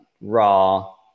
raw